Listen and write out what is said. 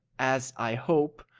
as i hope,